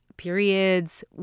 Periods